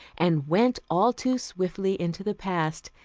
and went all too swiftly into the past,